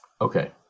Okay